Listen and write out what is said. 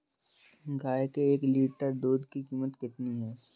गाय के एक लीटर दूध की कीमत कितनी है?